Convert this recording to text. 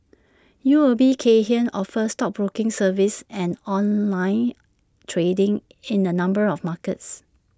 U O B Kay Hian offers stockbroking services and online trading in A number of markets